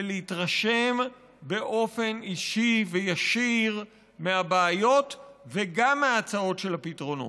ולהתרשם באופן אישי וישיר מהבעיות וגם מההצעות של הפתרונות.